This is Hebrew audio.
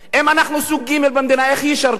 אם אנחנו סוג ג' במדינה, איך ישרתו?